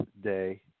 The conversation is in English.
day